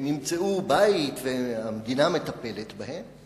הם ימצאו בית, והמדינה מטפלת בהם.